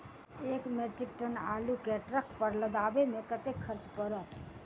एक metric ton आलु केँ ट्रक पर लदाबै मे कतेक खर्च पड़त?